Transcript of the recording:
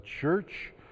church